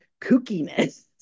kookiness